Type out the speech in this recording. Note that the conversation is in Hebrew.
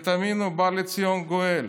ותאמינו, בא לציון גואל.